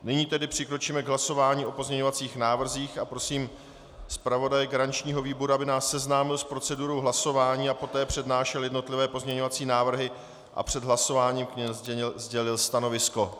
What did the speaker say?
Nyní tedy přikročíme k hlasování o pozměňovacích návrzích a prosím zpravodaje garančního výboru, aby nás seznámil s procedurou hlasování a poté přednášel jednotlivé pozměňovací návrhy a před hlasováním k nim sdělil stanovisko.